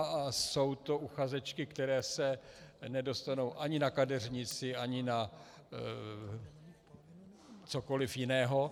Dnes jsou to uchazečky, které se nedostanou ani na kadeřnici, ani na cokoli jiného.